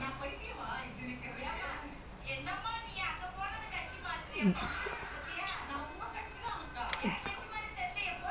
நம்ம வந்து:namma vanthu like மதியானம்:madhiyaanam lunch போறோம் அதுக்கு அப்புறம் வீட்டுக்கு போ:porom athukku appuram veettukku po so I think can lah like I feel நமக்கு அந்த நா:namakku antha naa director கேட்டேன்:kaettaen like if you want to play then he say he lazy go sembawang lah